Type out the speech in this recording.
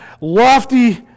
lofty